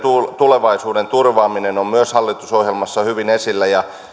tulevaisuuden turvaaminen on hallitusohjelmassa hyvin esillä ja